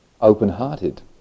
open-hearted